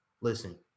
listen